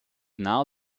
now